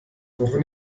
woche